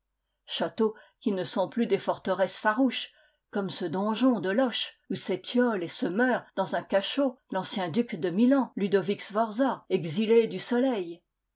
châteaux qui ne sont plus des forteresses farouches comme ce donjon de loches où s'étiole et se meurt dans un cachot l'ancien duc de milan ludovic sforza exilé du soleil